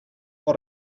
pot